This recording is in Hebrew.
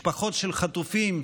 משפחות של חטופים,